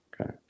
okay